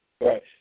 Right